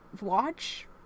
watch